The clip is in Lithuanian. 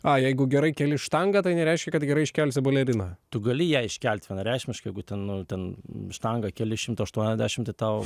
o jeigu gerai keli štangą tai nereiškia kad gerai iškelsi baleriną tu gali ją iškelt vienareikšmiškai jeigu ten ten štangą keli šimtą aštuoniasdešim tai tau